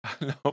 No